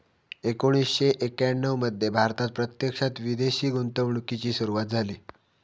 एकोणीसशे एक्याण्णव मध्ये भारतात प्रत्यक्षात विदेशी गुंतवणूकीची सुरूवात झाली